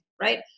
right